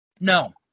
No